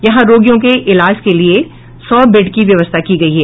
यहां रोगियों के इलाज के लिये सौ बेड की व्यवस्था की गयी है